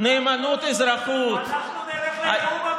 "נאמנות אזרחות".